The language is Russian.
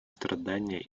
страдания